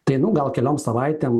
tai nu gal keliom savaitėm